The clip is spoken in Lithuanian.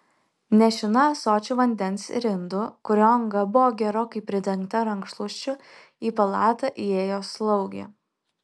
nešina ąsočiu vandens ir indu kurio anga buvo gerokai pridengta rankšluosčiu į palatą įėjo slaugė